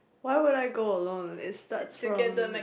why would I go alone it starts from